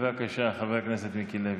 בבקשה, חבר הכנסת מיקי לוי.